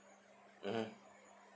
mmhmm